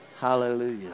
Hallelujah